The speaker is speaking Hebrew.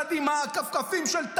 יחד עם הכפכפים של טלי,